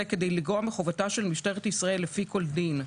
כדי לגרוע מחובתה של משטרת ישראל לפי כל דין,